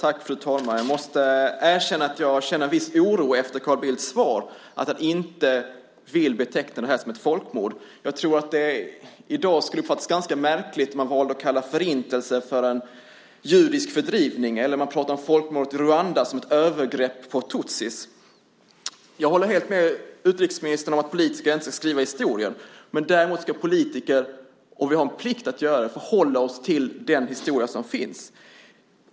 Fru talman! Jag måste erkänna att jag känner en viss oro efter Carl Bildts svar, att han inte vill beteckna det här som ett folkmord. Jag tror att det i dag skulle uppfattas som ganska märkligt om man skulle kalla Förintelsen för en judisk fördrivning eller om man pratade om folkmordet i Rwanda som ett övergrepp på tutsier. Jag håller helt med utrikesministern om att politiker inte ska skriva historien. Däremot ska politiker, och vi har en plikt att göra det, förhålla sig till den historia som finns.